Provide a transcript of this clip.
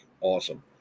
Awesome